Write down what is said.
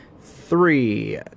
three